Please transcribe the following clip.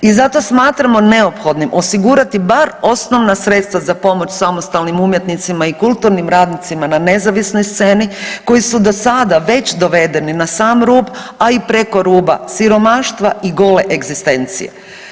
I zato smatramo neophodnim osigurati bar osnovna sredstva za pomoć samostalnim umjetnicima i kulturnim radnicima na nezavisnoj sceni koji su do sada već dovedeni na sam rub a i preko ruba siromaštva i gole egzistencije.